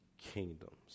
kingdoms